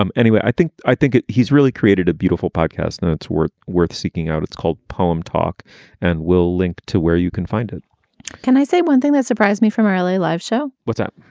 um anyway, i think i think he's really created a beautiful podcast and it's work worth seeking out. it's called poem talk and we'll link to where you can find it can i say one thing that surprised me from early life show? what's that?